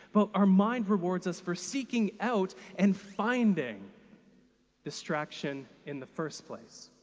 but our mind rewards us for seeking out and finding distraction in the first place.